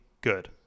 good